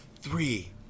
three